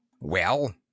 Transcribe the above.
Well